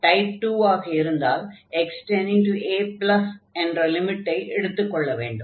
type 2 ஆக இருந்தால் x→a என்ற லிமிட்டை எடுத்துக் கொள்ள வேண்டும்